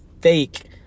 fake